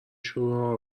شوره